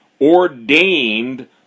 ordained